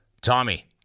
Tommy